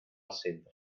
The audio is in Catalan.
centre